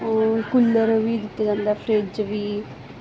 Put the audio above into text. cooler ਵੀ ਦਿੱਤੇ ਜਾਂਦਾ ਫ੍ਰਿਜ ਵੀ